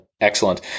excellent